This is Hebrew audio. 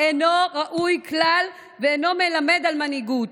אינו ראוי כלל ואינו מלמד על מנהיגות.